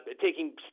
taking